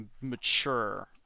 mature